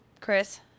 Chris